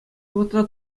вӑхӑтра